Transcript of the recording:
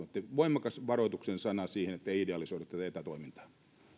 voimakas varoituksen sana siihen ettei idealisoida tätä etätoimintaa